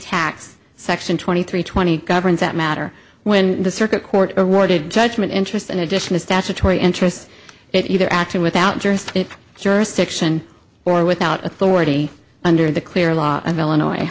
tax section twenty three twenty governs that matter when the circuit court awarded judgment interest in addition to statutory interest it either acted without just jurisdiction or without authority under the clear law of